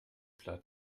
platt